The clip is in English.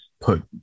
put